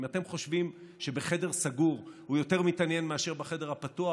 אם אתם חושבים שבחדר סגור הוא יותר מתעניין מאשר בחדר הפתוח